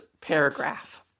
paragraph